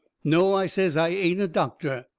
no, i says, i ain't a doctor.